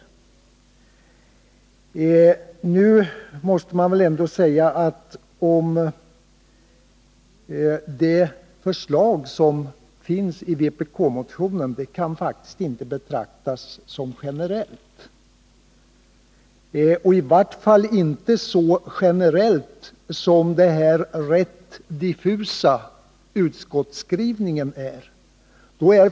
Det förslag som finns i vpk-motionen kan emellertid faktiskt inte betraktas som generellt. I varje fall är det inte så generellt som den ganska diffusa utskottsskrivningen.